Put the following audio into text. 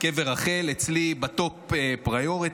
קבר רחל אצלי ב-top prioriyt,